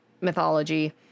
mythology